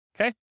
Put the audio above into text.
okay